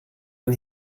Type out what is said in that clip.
man